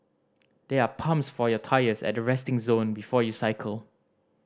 there are pumps for your tyres at the resting zone before you cycle